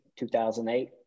2008